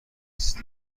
است